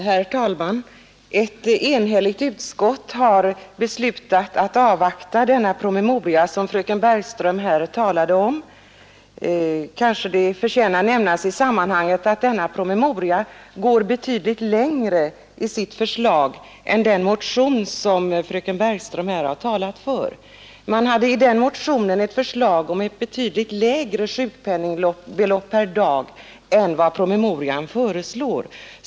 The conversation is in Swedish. Herr talman! Ett enhälligt utskott har beslutat föreslå riksdagen att avvakta vidarebehandlingen av den promemoria som fröken Bergström här talat om, Kanske det förtjänar att nämnas i sammanhanget att förslaget i denna promemoria går längre än den motion som fröken Bergström talat för. I motionen föreslås ett betydligt lägre sjukpenningbelopp per dag än vad som föreslås i promemorian.